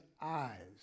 eyes